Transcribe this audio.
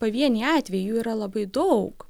pavieniai atvejai jų yra labai daug